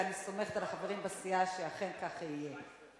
ואני סומכת על החברים בסיעה שאכן כך יהיה.